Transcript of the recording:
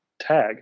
tag